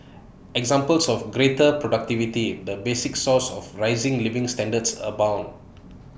examples of greater productivity the basic source of rising living standards abound